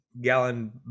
Gallon